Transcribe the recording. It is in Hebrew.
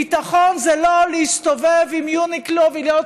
ביטחון זה לא להסתובב עם יוניקלו ולהיות